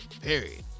Period